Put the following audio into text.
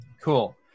Cool